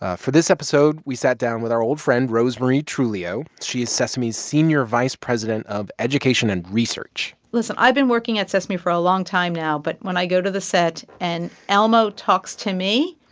ah for this episode, we sat down with our old friend rosemarie truglio. she is sesame's senior vice president of education and research listen, i've been working at sesame for a long time now. but when i go to the set and elmo talks to me,